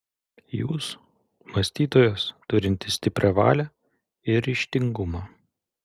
jūs mąstytojas turintis stiprią valią ir ryžtingumą